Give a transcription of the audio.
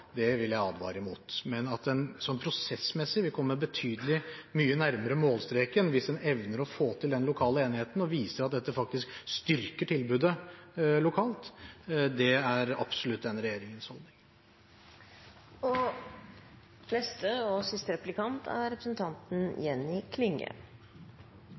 vil jeg advare mot. Men at en prosessmessig vil komme betydelig nærmere målstreken hvis en evner å få til lokal enighet og viser at dette faktisk styrker tilbudet lokalt, er absolutt denne regjeringens